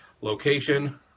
location